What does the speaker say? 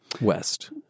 West